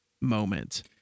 moment